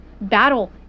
Battle